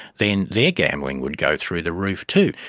then their gambling would go through the roof too.